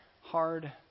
hard